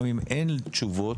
גם אם אין תשובות